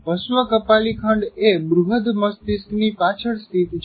પશ્ચ કપાલી ખંડ એ બૃહદ મસ્તિષ્ક ની પાછળ સ્થિત છે